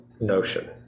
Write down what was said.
notion